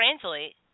translate